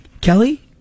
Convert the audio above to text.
Kelly